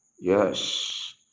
yes